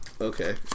okay